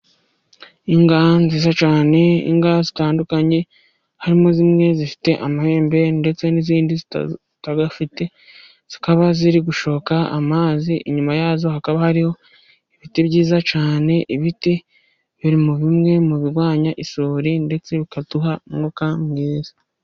Inka nziza cyane zitandukanye, harimo zimwe zifite amahembe ndetse n'izindi zitayafite zikaba ziri gushoka amazi, inyuma ya zo hakaba hariho ibiti byiza cyane, ibiti biririmo bimwe mu birwanya isuri ndetse bikaduha umwuka mwiza.